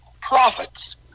profits